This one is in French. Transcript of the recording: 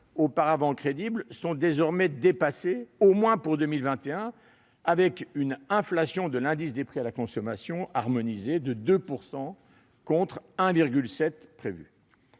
auparavant crédibles, sont désormais dépassées, au moins pour 2021, avec une inflation de l'indice des prix à la consommation harmonisé de 2 %, contre 1,7 % prévu.